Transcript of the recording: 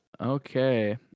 Okay